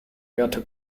werte